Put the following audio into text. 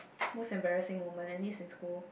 most embarrassing moment I think is in school